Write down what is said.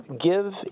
GIVE